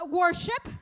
worship